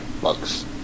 bucks